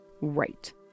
Right